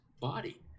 body